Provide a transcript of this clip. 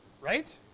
Right